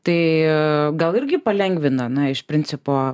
tai gal irgi palengvina na iš principo